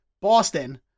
Boston